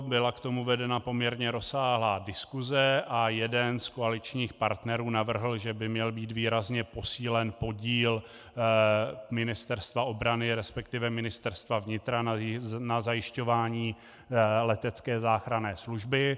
Byla k tomu vedena poměrně rozsáhlá diskuse a jeden z koaličních partnerů navrhl, že by měl být výrazně posílen podíl Ministerstva obrany, resp. Ministerstva vnitra na zajišťování letecké záchranné služby.